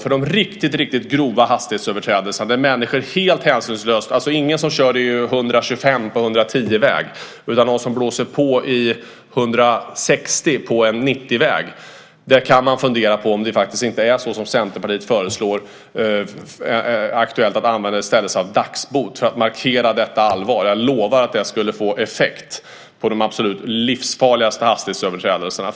För de riktigt, riktigt grova hastighetsöverträdelserna, där människor är helt hänsynslösa - det gäller inte dem som kör 125 på en 110-väg utan dem som blåser på i 160 på en 90-väg - så tycker jag att det är värt att fundera på om det inte är riktigt att göra så som Centerpartiet föreslår, nämligen att i stället använda sig av dagsbot. Då skulle man markera allvaret. Jag lovar att det skulle få effekt på de absolut mest livsfarliga hastighetsöverträdelserna.